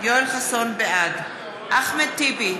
בעד אחמד טיבי,